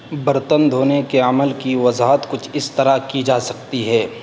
برتن دھونے کے عمل کی وضاحت کچھ اس طرح کی جا سکتی ہے